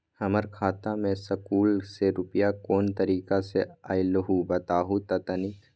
हमर खाता में सकलू से रूपया कोन तारीक के अलऊह बताहु त तनिक?